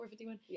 451